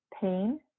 pain